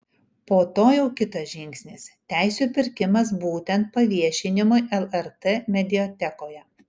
po to jau kitas žingsnis teisių pirkimas būtent paviešinimui lrt mediatekoje